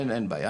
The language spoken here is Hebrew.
אין בעיה,